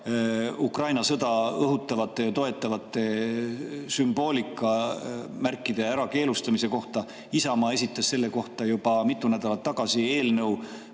Ukraina sõda õhutavate ja toetavate sümbolite ja märkide keelustamisest. Isamaa esitas selle kohta juba mitu nädalat tagasi eelnõu.